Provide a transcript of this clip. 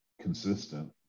consistent